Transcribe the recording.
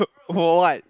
oh what